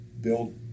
build